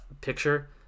picture